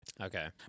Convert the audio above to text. Okay